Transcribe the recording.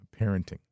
parenting